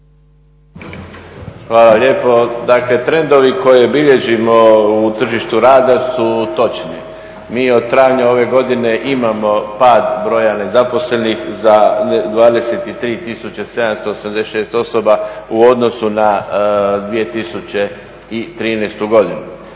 Hvala lijepo. Dakle trendovi koje bilježimo u tržištu rada su točni. Mi od travnja ove godine imamo pad broja nezaposlenih za 23786 osoba u odnosu na 2013. godinu.